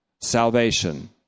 salvation